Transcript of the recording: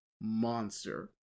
monster